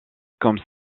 comme